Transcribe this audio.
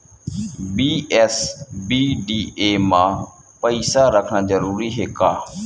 BSBDA मा पईसा रखना जरूरी हे का?